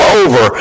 over